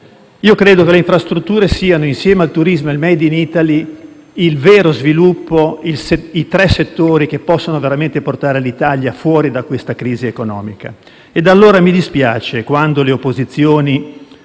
Io credo che le infrastrutture, il turismo e il *made in Italy* siano i tre settori che possono veramente portare l'Italia fuori da questa crisi economica. Ed allora mi dispiace che le opposizioni